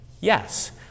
yes